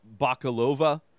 Bakalova